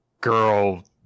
girl